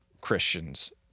Christians